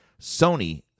Sony